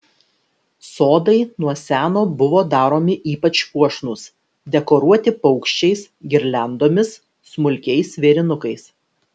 sodai nuo seno buvo daromi ypač puošnūs dekoruoti paukščiais girliandomis smulkiais vėrinukais